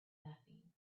nothing